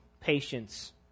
patience